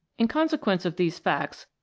in consequence of these facts,